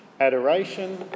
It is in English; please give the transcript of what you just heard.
adoration